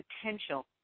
potential